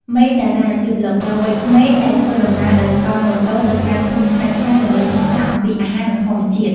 ម៉េង តារា ជាប្លុកហ្គើវ័យក្មេងដែលធ្វើដំណើរដោយកង់ម៉ូតូទៅកាន់ភូមិឆ្ងាយៗដើម្បីសិក្សាអំពីអាហារនិងធម្មជាតិ។